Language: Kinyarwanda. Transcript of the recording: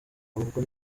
ubwo